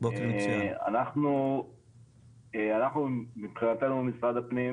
אנחנו מבחינתנו משרד הפנים,